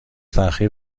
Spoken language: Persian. تاخیر